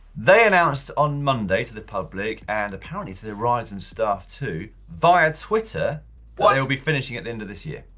they announced on monday to the public and apparently to their riders and staff too via twitter that they will be finishing at the end of this year.